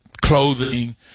clothing